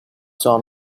saw